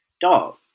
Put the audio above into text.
Dog